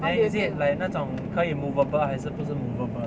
like is it like 那种可以 movable 还是不是 movable 的